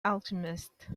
alchemist